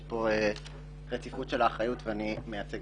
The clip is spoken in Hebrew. יש כאן רציפות של האחריות ואני מייצג